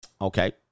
Okay